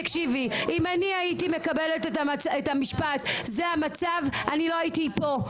תקשיבי אם אני הייתי מקבלת את המשפט זה המצב אני לא הייתי פה,